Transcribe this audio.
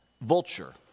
vulture